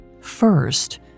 First